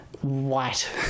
white